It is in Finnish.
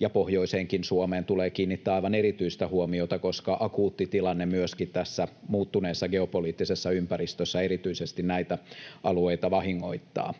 ja pohjoiseenkin Suomeen tulee kiinnittää aivan erityistä huomiota, koska akuutti tilanne myöskin tässä muuttuneessa geopoliittisessa ympäristössä erityisesti näitä alueita vahingoittaa.